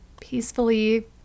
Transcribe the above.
peacefully